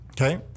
Okay